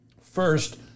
First